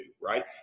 right